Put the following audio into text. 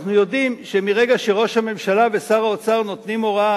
אנחנו יודעים שמרגע שראש הממשלה ושר האוצר נותנים הוראה,